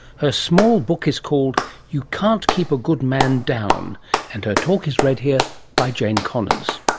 her small book is called you can't keep a good man down and her talk is read here by jane connors.